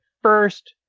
First